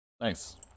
Thanks